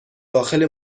داخل